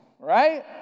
right